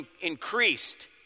increased